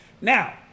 Now